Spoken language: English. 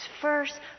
first